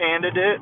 candidate